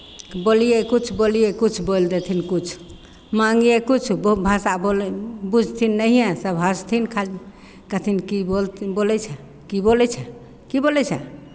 बोलियै किछु बोलियै किछु बोलि देथिन किछु माङ्गियै किछु भाषा बोलै बुझथिन नहिए सभ हँसथिन खाली कहथिन की बोल बोलै छेँ की बोलै छेँ की बोलै छेँ